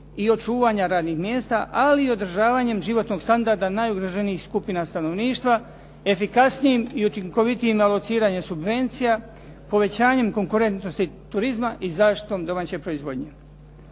i očuvanja radnih mjesta, ali i održavanjem životnog standarda najugroženijih skupina stanovništva, efikasnijim i učinkovitijim alociranjem subvencija, povećanjem konkurentnosti turizma i zaštitom domaće proizvodnje.